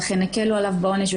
ואכן הקלו על עונשו,